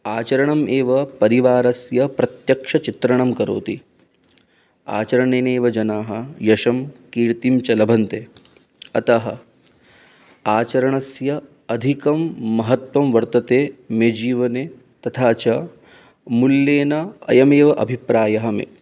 आचरणम् एव परिवारस्य प्रत्यक्षचित्रणं करोति आचरणेनेव जनाः यशं कीर्तिं च लभन्ते अतः आचरणस्य अधिकं महत्वं वर्तते मे जीवने तथा च मूल्येन अयमेव अभिप्रायः मे